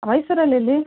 ಮೈಸೂರಲ್ಲೆಲ್ಲಿ